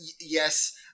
Yes